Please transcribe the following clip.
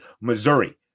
Missouri